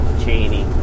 Cheney